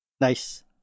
Nice